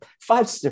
five